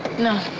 no,